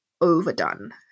overdone